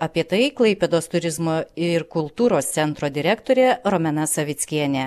apie tai klaipėdos turizmo ir kultūros centro direktorė romena savickienė